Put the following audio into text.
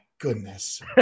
goodness